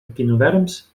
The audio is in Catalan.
equinoderms